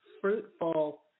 fruitful